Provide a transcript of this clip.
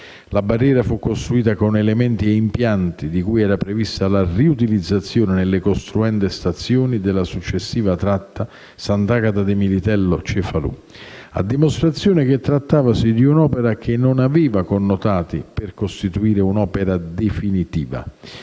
La barriera fu costruita con elementi e impianti di cui era prevista la riutilizzazione nelle costruende stazioni della successiva tratta Sant'Agata Militello-Cefalù, a dimostrazione del fatto che si trattasse di un'opera che non aveva connotati per costituire un'opera definitiva.